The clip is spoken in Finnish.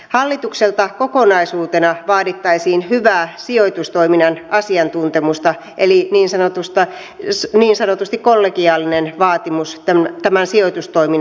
hallitukselta kokonaisuutena vaadittaisiin hyvää sijoitustoiminnan asiantuntemusta eli niin sanotusti kollegiaalinen vaatimus tämän sijoitustoiminnan osalta